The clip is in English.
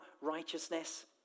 righteousness